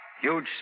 huge